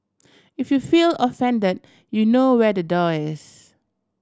if you feel offended you know where the door is